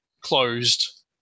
closed